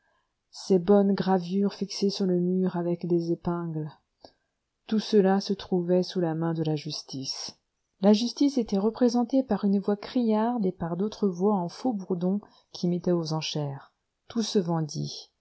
ces bonnes gravures fixées sur le mur avec des épingles tout cela se trouvait sous la main de la justice la justice était représentée par une voix criarde et par d'autres voix en faux-bourdon qui mettaient aux enchères tout se vendit